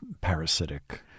parasitic